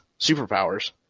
superpowers